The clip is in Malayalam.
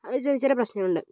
അതു ചെറിയ പ്രശ്നങ്ങൾ ഉണ്ട്